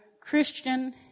Christian